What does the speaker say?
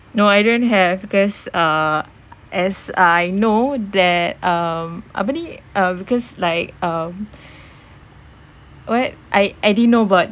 no I don't have because uh as I know that um apa ni uh because like um what I I didn't know about